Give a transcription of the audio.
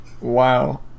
Wow